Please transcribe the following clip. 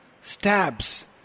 stabs